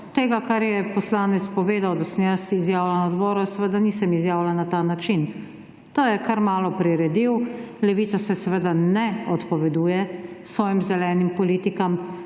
Tega, kar je poslanec povedal, da sem jaz izjavila na odboru, seveda nisem izjavila na ta način. To je kar malo priredil. Levica se seveda ne odpoveduje svojim zelenim politikam.